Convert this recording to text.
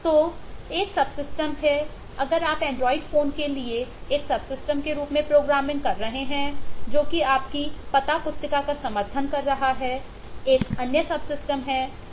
तो एक सबसिस्टम लिख सकते हैं